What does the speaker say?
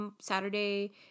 Saturday